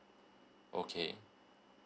okay